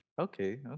Okay